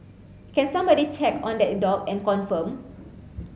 can somebody check on that dog and confirm